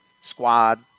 squad